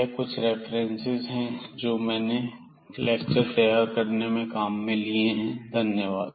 यह कुछ रेफरेंसेस हैं जो लेक्चर को तैयार करने में काम में लिए गए हैं धन्यवाद